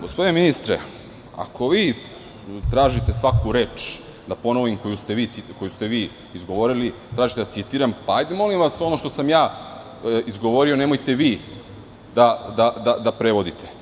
Gospodine ministre, ako vi tražite svaku reč da ponovim koju ste vi izgovorili, da citiram, hajde molim vas ono što sam ja izgovorio, nemojte vi da prevodite.